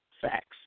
Facts